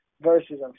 versus